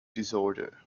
disorder